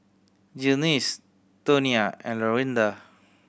Glynis Tonia and Lorinda